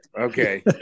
okay